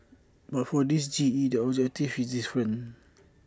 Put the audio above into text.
but for this G E the objective is different